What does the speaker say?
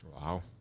wow